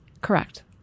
Correct